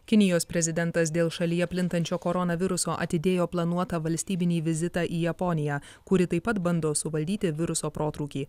kinijos prezidentas dėl šalyje plintančio koronaviruso atidėjo planuotą valstybinį vizitą į japoniją kuri taip pat bando suvaldyti viruso protrūkį